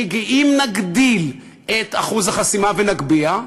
כי אם נגדיל את אחוז החסימה, נגביה,